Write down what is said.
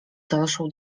dalszą